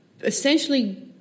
essentially